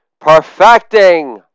perfecting